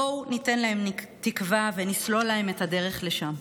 בואו ניתן להם תקווה ונסלול להם את הדרך לשם.